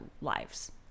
lives